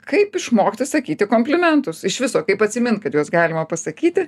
kaip išmokti sakyti komplimentus iš viso kaip atsimint kad juos galima pasakyti